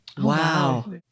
Wow